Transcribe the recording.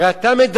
הרי אתה מדבר,